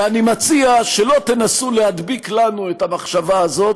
ואני מציע שלא תנסו להדביק לנו את המחשבה הזאת,